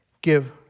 give